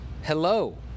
Hello